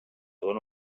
dóna